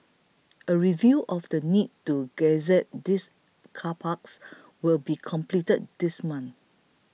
a review of the need to gazette these car parks will be completed this month